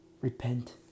Repent